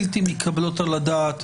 בלתי מתקבלות על הדעת,